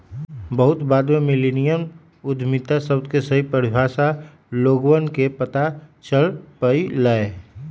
बहुत बाद में मिल्लेनियल उद्यमिता शब्द के सही परिभाषा लोगवन के पता चल पईलय